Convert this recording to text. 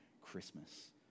Christmas